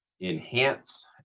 enhance